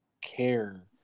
care